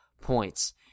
points